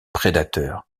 prédateur